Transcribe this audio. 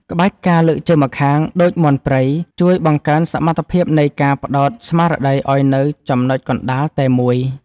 ក្បាច់ ការលើកជើងម្ខាងដូចមាន់ព្រៃ ជួយបង្កើនសមត្ថភាពនៃការផ្ដោតស្មារតីឱ្យនៅចំណុចកណ្ដាលតែមួយ។